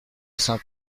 saint